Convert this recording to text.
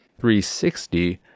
360